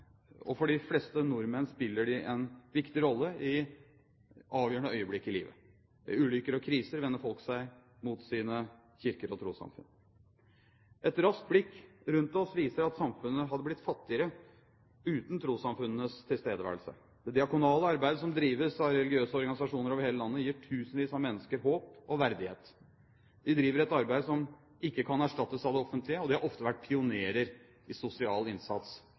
og for de fleste nordmenn spiller de en viktig rolle i avgjørende øyeblikk i livet. Ved ulykker og kriser vender folk seg mot sine kirker og trossamfunn. Et raskt blikk rundt oss viser at samfunnet hadde blitt fattigere uten trossamfunnenes tilstedeværelse. Det diakonale arbeidet som drives av religiøse organisasjoner over hele landet, gir tusenvis av mennesker håp og verdighet. De driver et arbeid som ikke kan erstattes av det offentlige, og de har ofte vært pionerer i sosial innsats